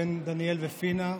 בן דניאל ופינה,